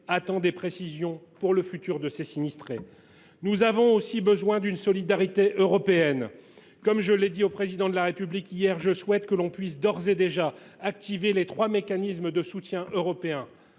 attendent des précisions pour le futur de ces sinistrés. Nous avons aussi besoin d’une solidarité européenne. Comme je l’ai rappelé au Président de la République hier, je souhaite que l’on puisse d’ores et déjà activer les trois mécanismes de soutien européen